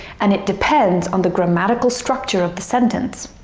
and it depends on the grammatical structure of the sentence.